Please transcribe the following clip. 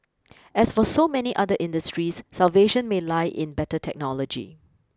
as for so many other industries salvation may lie in better technology